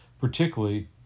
particularly